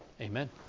amen